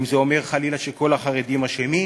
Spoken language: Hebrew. האם זה אומר, חלילה, שכל החרדים אשמים?